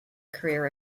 career